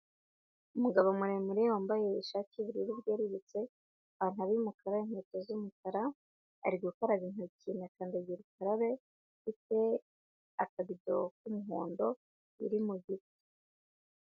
Umugabo muremure wambaye ishati y'ubururu bwerurutse, ipantaro y'umukara, inkweto z'umukara, ari gukaraba intoki na kandagirukarabe afite akabido k'umuhondo uri mu giti.